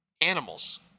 animals